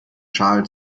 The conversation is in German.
schale